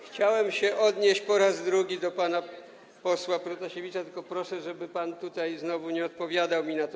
Chciałem zwrócić się po raz drugi do pana posła Protasiewicza, tylko proszę, żeby pan tutaj znowu nie odpowiadał mi na to.